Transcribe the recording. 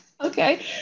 Okay